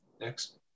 Next